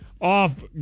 off